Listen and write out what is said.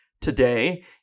Today